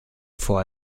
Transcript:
vor